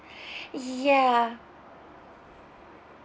ya